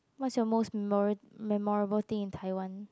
what's your most mero~ memorable thing in Taiwan